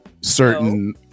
certain